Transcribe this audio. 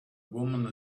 woman